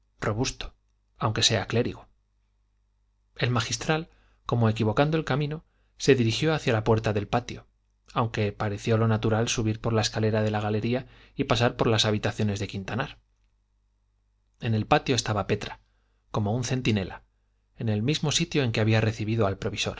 robusto aunque sea clérigo el magistral como equivocando el camino se dirigió hacia la puerta del patio aunque parecía lo natural subir por la escalera de la galería y pasar por las habitaciones de quintanar en el patio estaba petra como un centinela en el mismo sitio en que había recibido al provisor